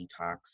detox